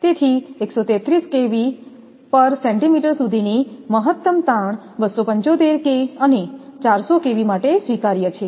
તેથી 130 કેવી સેમી સુધીની મહત્તમ તાણ 275 અને 400 કેવી માટે સ્વીકાર્ય છે